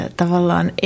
tavallaan